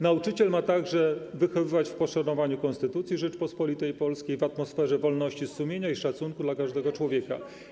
Nauczyciel ma także wychowywać w poszanowaniu Konstytucji Rzeczypospolitej Polskiej, w atmosferze wolności sumienia i szacunku dla każdego człowieka.